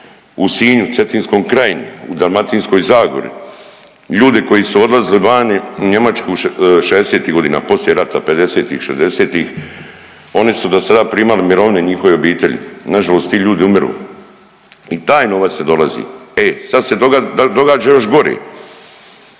u Sinju, cetinskom krajini, u Dalmatinskoj zagori, ljude koji su odlazili vani u Njemačku 60-ih godina, poslije rata, 50-ih, 60-ih, oni su do sada primali mirovine, njihove obitelji. Nažalost ti ljudi umiru i taj novac ne dolazi. E sad se događa još gore.